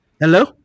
Hello